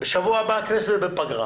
בשבוע הבא, הכנסת בפגרה.